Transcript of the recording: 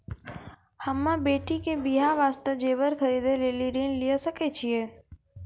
हम्मे बेटी के बियाह वास्ते जेबर खरीदे लेली ऋण लिये सकय छियै?